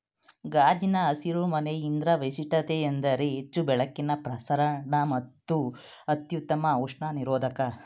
ಗಾಜಿನ ಹಸಿರು ಮನೆ ಇದ್ರ ವೈಶಿಷ್ಟ್ಯತೆಯೆಂದರೆ ಹೆಚ್ಚು ಬೆಳಕಿನ ಪ್ರಸರಣ ಮತ್ತು ಅತ್ಯುತ್ತಮ ಉಷ್ಣ ನಿರೋಧಕ